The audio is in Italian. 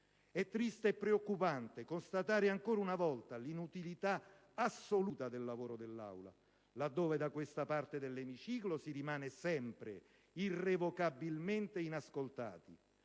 È triste e preoccupante constatare ancora una volta l'inutilità assoluta del lavoro dell'Aula, in un contesto nel quale, da questa parte dell'emiciclo, si rimane sempre, irrevocabilmente, inascoltati,